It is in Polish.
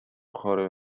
chory